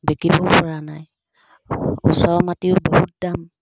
বিকিবওপৰা নাই ওচৰৰ মাটিও বহুত দাম